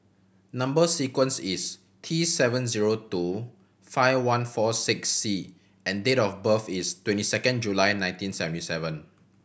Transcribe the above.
number sequence is T seven zero two five one four six C and date of birth is twenty second July nineteen seventy seven